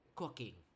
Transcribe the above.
cooking